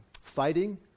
Fighting